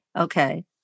Okay